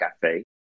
cafe